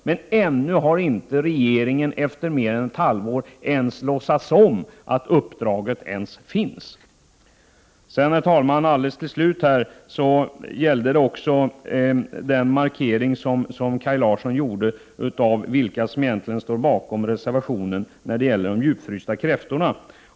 Men ännu — efter mer än ett halvår — har regeringen inte ens låtsats om att uppdraget finns. Till slut: Kaj Larsson gjorde en markering beträffande vilka som egentligen står bakom reservationen om de djupfrysta kräftorna.